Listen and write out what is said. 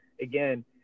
again